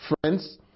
Friends